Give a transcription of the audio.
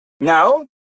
No